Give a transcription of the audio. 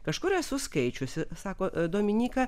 kažkur esu skaičiusi sako dominyka